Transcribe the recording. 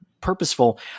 purposeful